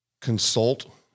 consult